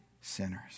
sinners